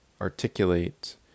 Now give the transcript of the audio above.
articulate